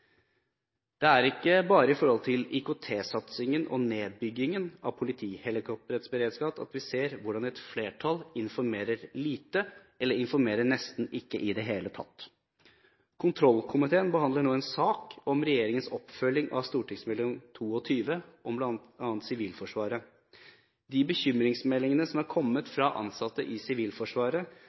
Det er ikke bare i forhold til IKT-satsingen og nedbyggingen av politihelikopterets beredskap at vi ser hvordan et flertall informerer lite, eller informerer nesten ikke i det hele tatt. Kontrollkomiteen behandler nå en sak om regjeringens oppfølging av St.meld. nr. 22 for 2007–2008, om bl.a. Sivilforsvaret. De bekymringsmeldingene som er kommet fra ansatte i Sivilforsvaret,